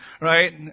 right